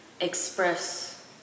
express